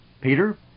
Peter